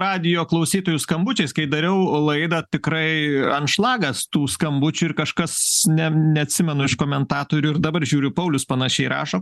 radijo klausytojų skambučiais kai dariau laidą tikrai anšlagas tų skambučių ir kažkas ne neatsimenu iš komentatorių ir dabar žiūriu paulius panašiai rašo